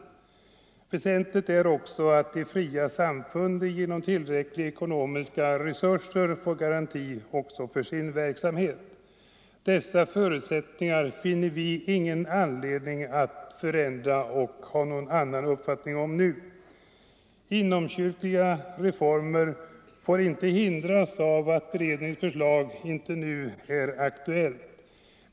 Väsentligt är också att de fria samfunden genom tillräckliga ekonomiska resurser får garanti för sin verksamhet. Dessa förutsättningar finner vi ingen anledning att ändra på eller att ha någon annan uppfattning om nu. Inomkyrkliga reformer får inte hindras av att beredningens förslag inte längre är aktuellt.